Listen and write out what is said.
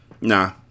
Nah